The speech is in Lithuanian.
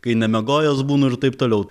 kai nemiegojęs būnu ir taip toliau